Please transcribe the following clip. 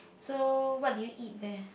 so what did you eat there